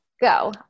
go